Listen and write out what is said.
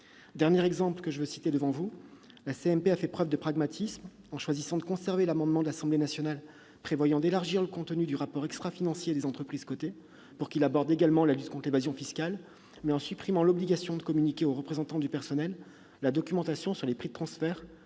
Dernier exemple : la commission mixte paritaire a fait preuve de pragmatisme en choisissant de conserver l'amendement de l'Assemblée nationale qui prévoit d'élargir le contenu du rapport extrafinancier des entreprises cotées, pour qu'il aborde également la lutte contre l'évasion fiscale, mais en supprimant l'obligation de communiquer aux représentants du personnel la documentation sur les prix de transfert,